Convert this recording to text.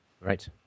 Right